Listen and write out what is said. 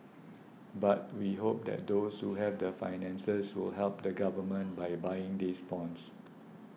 but we hope that those who have the finances will help the government by buying these bonds